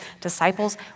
disciples